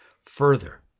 further